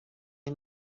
این